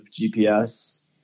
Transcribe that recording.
GPS –